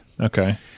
okay